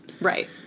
Right